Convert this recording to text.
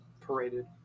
paraded